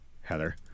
Heather